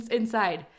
inside